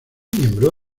miembro